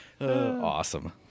Awesome